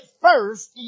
first